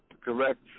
correct